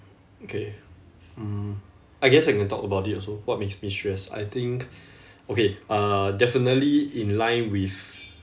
okay um I guess I can talk about it also what makes me stressed I think okay uh definitely in line with